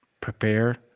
prepare